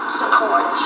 support